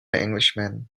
englishman